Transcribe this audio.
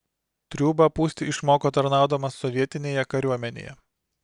triūbą pūsti išmoko tarnaudamas sovietinėje kariuomenėje